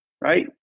right